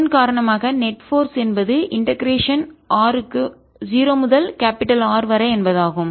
இதன் காரணமாக net force நிகர விசை என்பது இண்டெகரேஷன் ஒருங்கிணைப்பு r க்கு 0 முதல் கேபிடல் பெரியR வரை என்பதாகும்